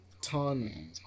ton